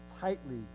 tightly